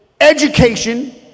Education